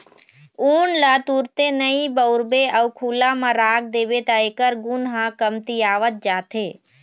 ऊन ल तुरते नइ बउरबे अउ खुल्ला म राख देबे त एखर गुन ह कमतियावत जाथे